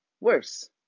worse